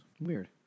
Weird